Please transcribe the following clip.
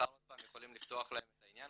מחר עוד פעם יכולים לפתוח להם את העניין